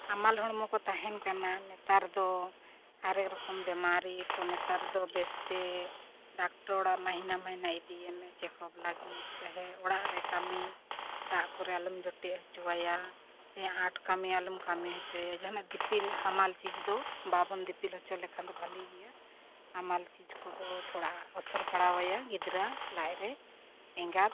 ᱦᱟᱢᱟᱞ ᱦᱚᱲᱢᱚ ᱠᱚ ᱛᱟᱦᱮᱱ ᱠᱟᱱᱟ ᱱᱮᱛᱟᱨ ᱫᱚ ᱦᱟᱨᱮᱠ ᱨᱚᱠᱚᱢ ᱵᱮᱢᱟᱨᱤ ᱛᱚ ᱱᱮᱛᱟᱨ ᱫᱚ ᱵᱮᱥᱛᱮ ᱰᱟᱠᱴᱚᱨ ᱚᱲᱟᱜ ᱢᱟᱦᱤᱱᱟ ᱢᱟᱦᱤᱱᱟ ᱤᱫᱤᱭᱮᱢᱮ ᱞᱟᱹᱜᱤᱫ ᱪᱟᱦᱮ ᱚᱲᱟᱜᱨᱮ ᱠᱟᱹᱢᱤ ᱫᱟᱜ ᱠᱚᱨᱮ ᱟᱞᱚᱢ ᱡᱚᱴᱮᱫ ᱦᱚᱪᱚ ᱟᱭᱟ ᱪᱮ ᱟᱸᱴ ᱠᱟᱹᱢᱤ ᱟᱞᱚᱢ ᱠᱟᱹᱢᱤ ᱦᱚᱪᱚᱭᱟ ᱡᱟᱦᱟᱱᱟᱜ ᱫᱤᱯᱤᱞ ᱦᱟᱢᱟᱞ ᱪᱤᱡᱽ ᱫᱚ ᱵᱟᱵᱚᱱ ᱫᱤᱯᱤᱞ ᱦᱚᱪᱚ ᱞᱮᱠᱷᱟᱱ ᱫᱚ ᱵᱷᱟᱜᱮ ᱜᱮᱭᱟ ᱦᱟᱢᱟᱞ ᱪᱤᱡᱽ ᱠᱚᱫᱚ ᱛᱷᱚᱲᱟ ᱚᱥᱚᱨ ᱯᱟᱲᱟᱣᱟᱭᱟ ᱜᱤᱫᱽᱨᱟᱹ ᱞᱟᱡᱨᱮ ᱮᱸᱜᱟᱛ